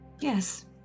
Yes